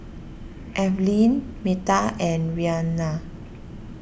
Evelin Meta and Reanna